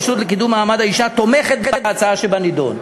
הרשות לקידום מעמד האישה תומכת בהצעה שבנדון."